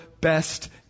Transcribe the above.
best